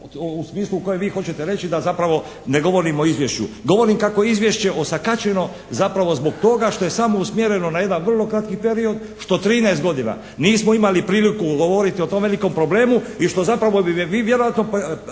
u smislu koje vi hoćete reći da zapravo ne govorim o izvješću. Govorim kako je izvješće osakaćeno zapravo zbog toga što je samo usmjereno na jedan vrlo kratki period što 13 godina nismo imali priliku govoriti o tom velikom problemu i što zapravo bi me vi vjerojatno sada